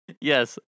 Yes